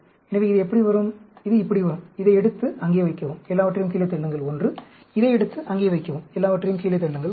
எனவே இது இப்படி வரும் இதை எடுத்து அங்கே வைக்கவும் எல்லாவற்றையும் கீழே தள்ளுங்கள் 1 இதை எடுத்து அங்கே வைக்கவும் எல்லாவற்றையும் கீழே தள்ளுங்கள் 1